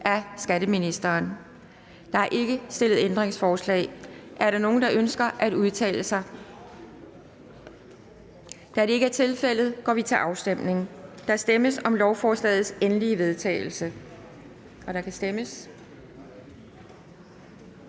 (Pia Kjærsgaard): Der er ikke stillet ændringsforslag. Er der nogen, der ønsker at udtale sig? Da det ikke er tilfældet, går vi til afstemning. Kl. 12:42 Afstemning Anden